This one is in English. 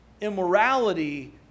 immorality